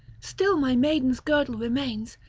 still my maiden's girdle remains,